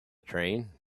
train